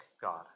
God